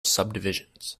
subdivisions